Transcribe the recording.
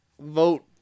Vote